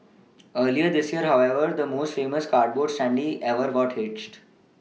earlier this year however the most famous cardboard standee ever got hitched